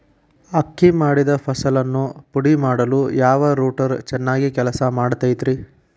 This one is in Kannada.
ಅಕ್ಕಿ ಮಾಡಿದ ಫಸಲನ್ನು ಪುಡಿಮಾಡಲು ಯಾವ ರೂಟರ್ ಚೆನ್ನಾಗಿ ಕೆಲಸ ಮಾಡತೈತ್ರಿ?